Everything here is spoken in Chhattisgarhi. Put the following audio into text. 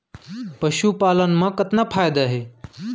पशुपालन मा कतना फायदा हे?